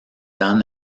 dan